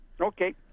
okay